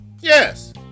Yes